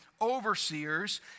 overseers